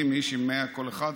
70 איש עם 100 כל אחד,